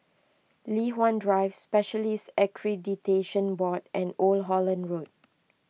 Li Hwan Drive Specialists Accreditation Board and Old Holland Road